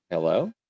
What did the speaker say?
Hello